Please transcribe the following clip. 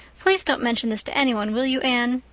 please don't mention this to any one, will you, anne?